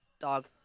dog